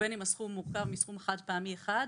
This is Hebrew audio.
ובין אם הסכום מורכב מסכום חד-פעמי אחד,